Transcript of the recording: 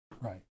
Right